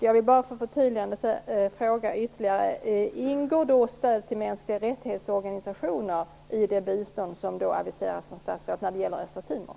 Jag vill bara för att förtydliga fråga ytterligare en gång. Ingår stöd till organisationer för mänskliga rättigheter i det bistånd som aviseras från statsrådet när det gäller östra Timor?